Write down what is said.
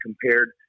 compared